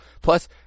Plus